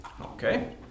Okay